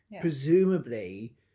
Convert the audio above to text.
Presumably